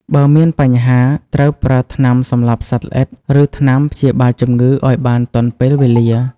បើមានបញ្ហា ត្រូវប្រើថ្នាំសម្លាប់សត្វល្អិត ឬថ្នាំព្យាបាលជំងឺឲ្យបានទាន់ពេលវេលា។